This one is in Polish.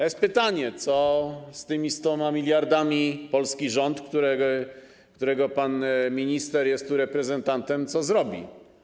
Jest pytanie, co z tymi 100 mld polski rząd, którego pan minister jest tu reprezentantem, zrobi.